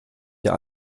der